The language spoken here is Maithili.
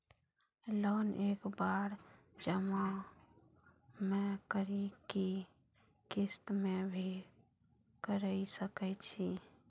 लोन एक बार जमा म करि कि किस्त मे भी करऽ सके छि?